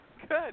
Good